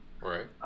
Right